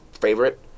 favorite